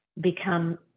become